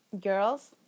girls